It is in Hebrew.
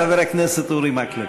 חבר הכנסת אורי מקלב.